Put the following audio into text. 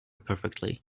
perfectly